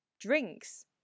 Drinks